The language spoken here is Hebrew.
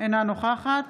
אינה נוכחת